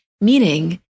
meaning